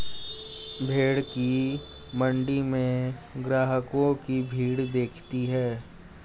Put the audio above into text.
भेंड़ की मण्डी में ग्राहकों की भीड़ दिखती है